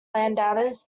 landowners